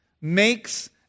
makes